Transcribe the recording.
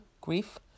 grief